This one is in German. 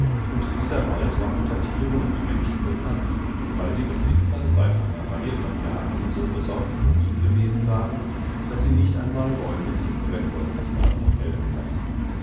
und dieser wald war unter tieren und menschen bekannt weil die besitzer seit einer reihe von jahren so besorgt um ihn gewesen waren daß sie nicht einmal bäume zu brennholz hatten fällen lassen